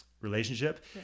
relationship